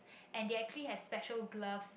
and they actually have special glove